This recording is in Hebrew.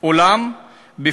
האזרחים הערבים ככולו הוא ללא